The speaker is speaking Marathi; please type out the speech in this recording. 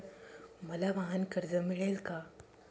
मला वाहनकर्ज मिळेल का?